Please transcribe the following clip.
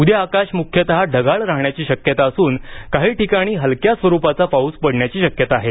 उद्या आकाश मुख्यतः ढगाळ राहण्याची शक्यता असून काही ठिकाणी हलक्या स्वरूपाचा पाऊस पडण्याची शक्यता आहे